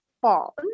fall